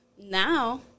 Now